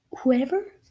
whoever